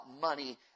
money